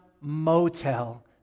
motel